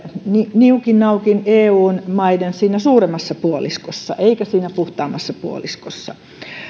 niukin naukin eu maiden siinä suuremmassa puoliskossa eikä siinä puhtaammassa puoliskossa